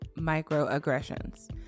microaggressions